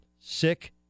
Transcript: sick